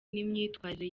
n’imyitwarire